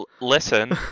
Listen